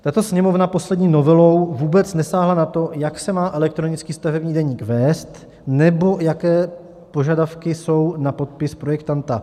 Tato Sněmovna poslední novelou vůbec nesáhla na to, jak se má elektronický stavební deník vést nebo jaké požadavky jsou na podpis projektanta.